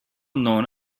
known